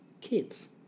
kids